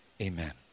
amen